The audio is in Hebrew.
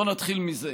בואו נתחיל מזה.